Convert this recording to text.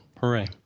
hooray